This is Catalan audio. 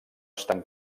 estan